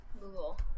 Google